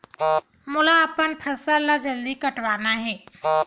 मोला अपन फसल ला जल्दी कटवाना हे?